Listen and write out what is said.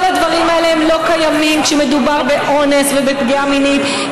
כל הדברים האלה לא קיימים כשמדובר באונס ובפגיעה מינית,